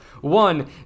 one